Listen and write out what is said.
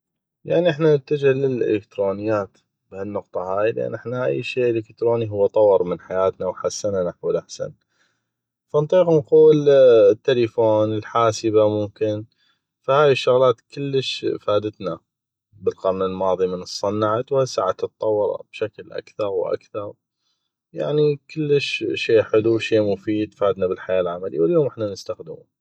يعني احنا نتجه للالكترونيات بهالنقطه هاي لان احنا أي شي الكتروني هو طور من حياتنا وحسنه نحو الاحسن ف نطيق نقول التلفون الحاسبه ممكن ف هاي الشغلات كلش فادتنا بالقرن الماضي من تصنعت وهسع عتطور بشكل اكثغ واكثغ يعني كلش شي حلو شي مفيد فادنا بالحياه العملي واليوم احنا نستخدمو